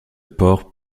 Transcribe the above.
port